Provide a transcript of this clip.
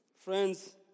Friends